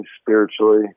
spiritually